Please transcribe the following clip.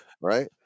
Right